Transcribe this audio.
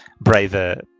braver